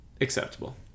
acceptable